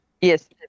Yes